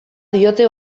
diote